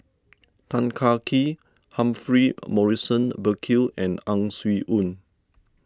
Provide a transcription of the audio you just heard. Tan Kah Kee Humphrey Morrison Burkill and Ang Swee Aun